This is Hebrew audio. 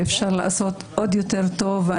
ואפשר לעשות עוד יותר טוב.